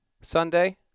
sunday